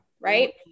Right